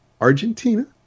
argentina